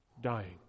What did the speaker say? dying